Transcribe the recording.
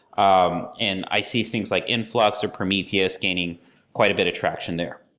um and i see things like influx, or prometheus gaining quite a bit of traction there.